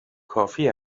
کافی